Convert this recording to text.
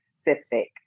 specific